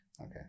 okay